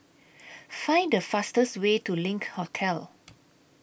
Find The fastest Way to LINK Hotel